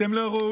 אתם לא ראויים.